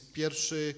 pierwszy